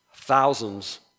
Thousands